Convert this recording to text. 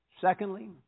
Secondly